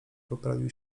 poprawił